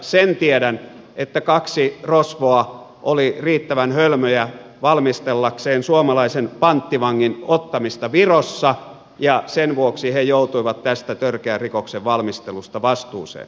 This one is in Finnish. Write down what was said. sen tiedän että kaksi rosvoa olivat riittävän hölmöjä valmistellakseen suomalaisen panttivangin ottamista virossa ja sen vuoksi he joutuivat tästä törkeän rikoksen valmistelusta vastuuseen